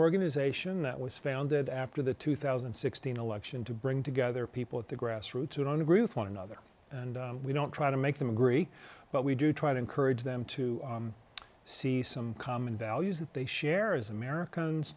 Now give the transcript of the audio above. organization that was founded after the two thousand and sixteen election to bring together people at the grassroots who don't agree with one another and we don't try to make them agree but we do try to encourage them to see some common values that they share as americans